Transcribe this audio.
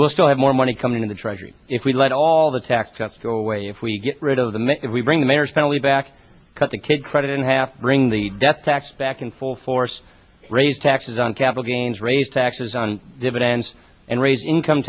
will still have more money coming in the treasury if we let all the tax cuts go away if we get rid of them if we bring the marriage penalty back cut the kid credit in half bring the death tax back in full force raise taxes on capital gains raise taxes on dividends and raise income